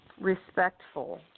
respectful